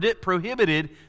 prohibited